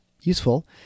useful